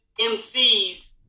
MCs